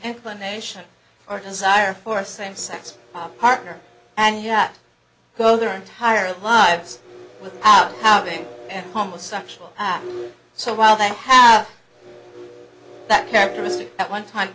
explanation or desire for same sex partner and yet go their entire lives without having a homosexual act so while they have that characteristic at one time